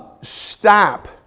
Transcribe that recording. Stop